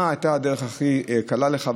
מה הייתה הדרך הכי קלה לך,